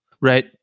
Right